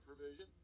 provision